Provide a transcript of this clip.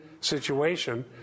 situation